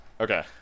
Okay